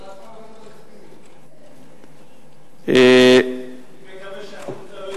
חד-פעמי, אבל תקדים.